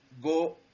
go